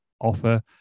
offer